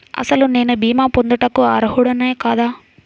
అసలు నేను భీమా పొందుటకు అర్హుడన కాదా?